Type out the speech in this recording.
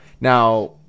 Now